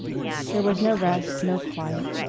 there was no rest, no quiet.